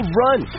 run